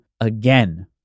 again